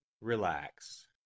relax